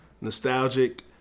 nostalgic